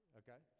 okay